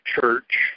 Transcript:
church